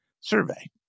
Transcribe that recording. survey